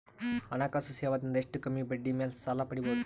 ಹಣಕಾಸು ಸೇವಾ ದಿಂದ ಎಷ್ಟ ಕಮ್ಮಿಬಡ್ಡಿ ಮೇಲ್ ಸಾಲ ಪಡಿಬೋದ?